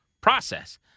process